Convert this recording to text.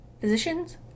Physicians